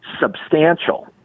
substantial